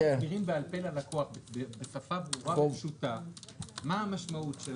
אבל אם מסבירים בעל פה ללקוח בשפה ברורה ופשוטה מה המשמעות.